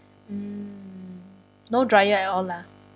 mm no dryer at all lah